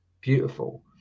beautiful